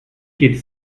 qu’il